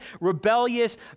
rebellious